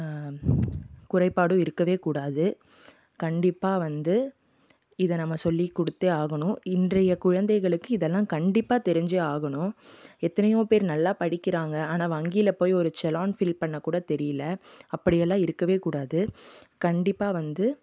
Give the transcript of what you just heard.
குறைபாடும் இருக்கவே கூடாது கண்டிப்பாக வந்து இதை நம்ம சொல்லிக்கொடுத்தே ஆகணும் இன்றைய குழந்தைகளுக்கு இதெல்லாம் கண்டிப்பாக தெரிஞ்சே ஆகணும் எத்தனையோ பேர் நல்லா படிக்கிறாங்க ஆனால் வங்கியில் போய் ஒரு செலான் ஃபில் பண்ணக்கூட தெரியலை அப்படியெல்லாம் இருக்கவே கூடாது கண்டிப்பாக வந்து